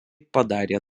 padarė